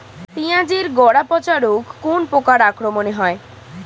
পিঁয়াজ এর গড়া পচা রোগ কোন পোকার আক্রমনে হয়?